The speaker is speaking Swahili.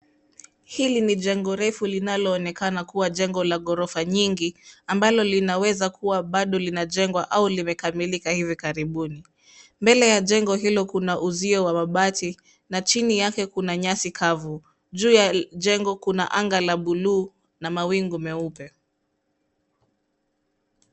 Hili ni jengo refu linaloonekana kuwa jengo la ghorofa nyingi amabalo linaweza kuwa bado linajengwa au limekamilika hivi karibuni. Mbele ya jengo hilo kuna uzio wa mabati na chini yake kuna nyasi kavu. Juu ya jengo kuna anga la buluu na mawingu meupe.